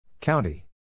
County